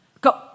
go